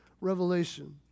revelation